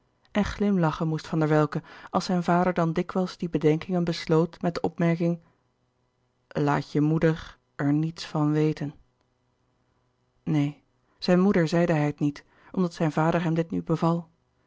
en glimlachen moest van der welcke als zijn vader dan dikwijls die bedenkingen besloot met de opmerking laat je moeder er niets van weten neen zijne moeder zeide hij het niet omdat zijn vader hem dit nu beval